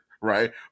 right